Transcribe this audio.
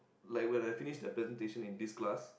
like when I finish that presentation in this class